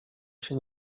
się